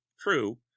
true